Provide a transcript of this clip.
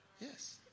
Yes